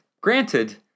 granted